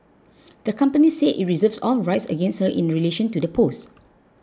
the company said it reserves all rights against her in relation to the post